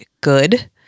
good